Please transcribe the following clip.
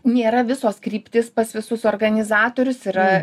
nėra visos kryptys pas visus organizatorius yra